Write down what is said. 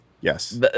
yes